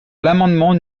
l’amendement